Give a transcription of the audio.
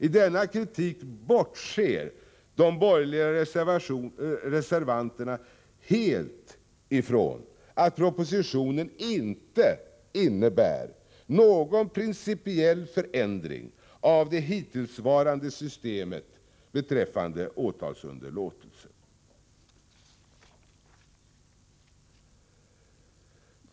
I denna kritik bortser de borgerliga reservanterna helt ifrån att propositionen inte innebär någon principiell förändring av det hittillsvarande systemet beträffande åtalsunderlåtelse.